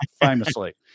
famously